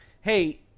hey